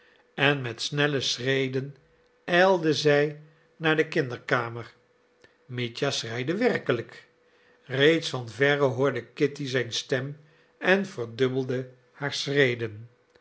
en met snelle schreden ijlde zij naar de kinderkamer mitja schreide werkelijk reeds van verre hoorde kitty zijn stem en verdubbelde haar schreden